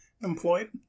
employed